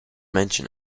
mention